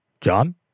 John